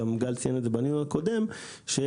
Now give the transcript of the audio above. גל ציין את זה בדיון הקודם גם,